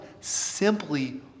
simply